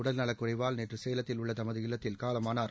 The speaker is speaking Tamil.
உடல்நலக்குறைவால் நேற்று சேலத்தில் உள்ள தமது இல்லத்தில் காலமானார்